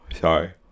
Sorry